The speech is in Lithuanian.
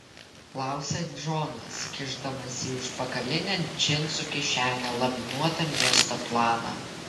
klausia džonas kišdamas į užpakalinę džinsų kišenę laminuotą miesto planą